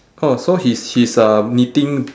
oh so he's she's uh knitting